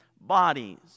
bodies